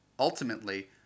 Ultimately